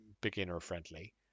beginner-friendly